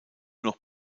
noch